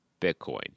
Bitcoin